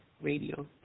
radio